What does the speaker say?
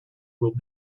will